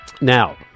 Now